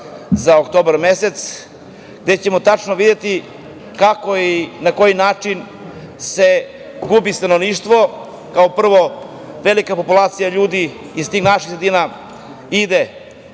za oktobar mesec, gde ćemo tačno videti kako i na koji način gubi stanovništvo, kao prvo velika populacija naših ljudi iz tih naših sredina van